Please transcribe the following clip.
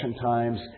times